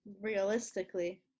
Realistically